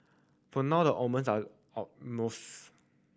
for now the omens are almost